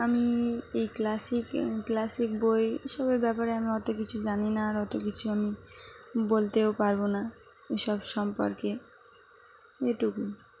আমি এই classic classic বই এ সবের ব্যাপারে আমি অত কিছু জানি না আর অত কিছু আমি বলতেও পারবো না এসব সম্পর্কে এটুকু